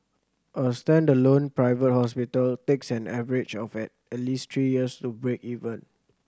a standalone private hospital takes an average of at at least three years to break even